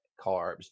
carbs